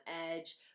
edge